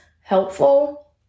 helpful